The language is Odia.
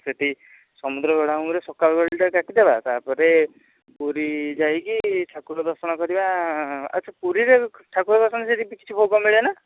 ସେଠି ସମୁଦ୍ର ବେଳାଭୂମିରେ ସକାଳ ବେଳାଟା କାଟିଦେବା ତା'ପରେ ପୁରୀ ଯାଇକି ଠାକୁର ଦର୍ଶନ କରିବା ଆଚ୍ଛା ପୁରୀରେ ଠାକୁର ଦର୍ଶନ ପାଇଁ ସେଇଠି କିଛି ଭୋଗ ମିଳେ ନା